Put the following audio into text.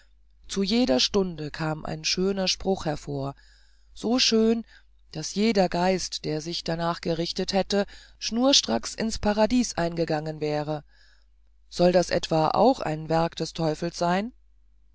zu jeder stunde kam ein schöner spruch hervor so schön daß jeder geist der sich danach gerichtet hätte schnurstracks in's paradies eingegangen wäret soll das etwa auch ein werk des teufels sein